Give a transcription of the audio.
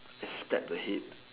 I speck the head